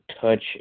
touch